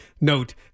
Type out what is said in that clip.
note